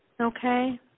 Okay